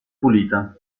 pulita